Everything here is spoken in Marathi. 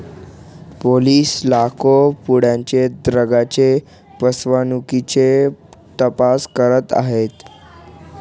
पोलिस लाखो पौंडांच्या ड्रग्जच्या फसवणुकीचा तपास करत आहेत